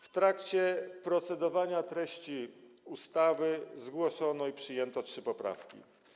W trakcie procedowania projektu ustawy zgłoszono i przyjęto 3 poprawki.